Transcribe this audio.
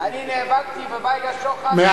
אני נאבקתי בבייגה שוחט,